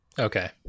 Okay